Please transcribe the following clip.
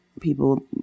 people